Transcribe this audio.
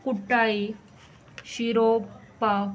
Cortalim शिरोपा